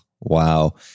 wow